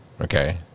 okay